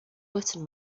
button